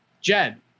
Jed